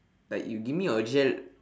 like you give me your gel